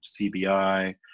CBI